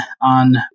on